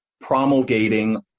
promulgating